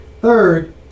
Third